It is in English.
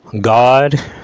God